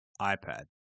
iPad